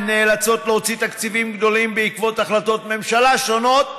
הן נאלצות להוציא תקציבים גדולים בעקבות החלטות ממשלה שונות,